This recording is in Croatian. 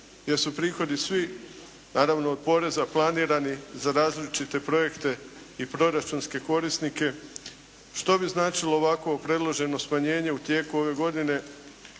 gdje su prihodi svi naravno od poreza planirani za različite projekte i proračunske korisnike. Što bi značilo ovakvo predloženo smanjenje u tijeku ove godine